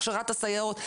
הכשרת הסייעות,